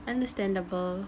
understandable